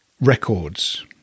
records